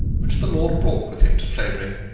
which the lord brought with him to clavering,